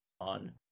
on